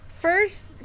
First